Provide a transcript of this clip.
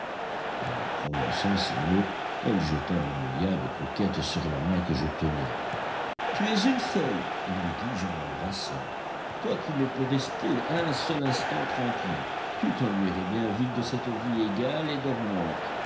et en prononçant ces mots elle jeta une œillade coquette sur la main que je tenais tu es une folle lui dis-je en l'embrassant toi qui ne peux rester un seul instant tranquille tu t'ennuierais bien vite de cette vie égale et dormante